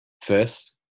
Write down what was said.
First